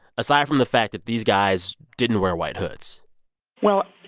aside from the fact that these guys didn't wear white hoods well,